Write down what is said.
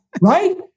right